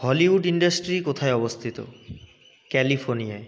Hollywood industry কোথায় অবস্থিত ক্যালিফোর্নিয়ায়